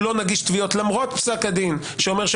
לא עולה על הדעת שבמסגרת אירועי שומר החומות